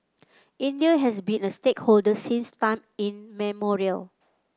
India has been a stakeholder since time immemorial